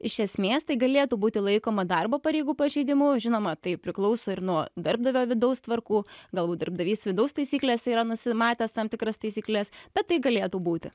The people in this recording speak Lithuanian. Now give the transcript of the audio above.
iš esmės tai galėtų būti laikoma darbo pareigų pažeidimu žinoma tai priklauso ir nuo darbdavio vidaus tvarkų galbūt darbdavys vidaus taisyklėse yra nusimatęs tam tikras taisykles bet tai galėtų būti